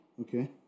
Okay